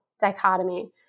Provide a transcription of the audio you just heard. dichotomy